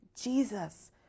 Jesus